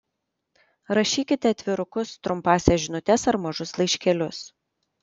rašykite atvirukus trumpąsias žinutes ar mažus laiškelius